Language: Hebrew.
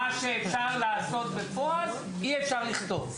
למה מה שאפשר לעשות בפועל אי אפשר לכתוב?